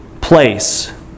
place